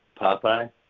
Popeye